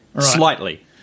slightly